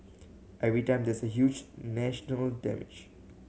every time there is a huge national damage